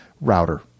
router